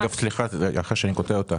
סליחה שאני קוטע אותך.